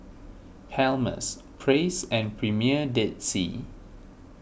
Palmer's Praise and Premier Dead Sea